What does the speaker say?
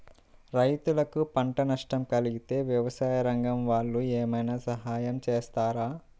రైతులకు పంట నష్టం కలిగితే వ్యవసాయ రంగం వాళ్ళు ఏమైనా సహాయం చేస్తారా?